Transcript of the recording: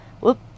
Whoop